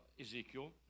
Ezekiel